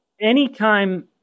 anytime